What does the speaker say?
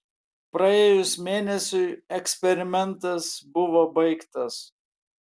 praėjus mėnesiui eksperimentas buvo baigtas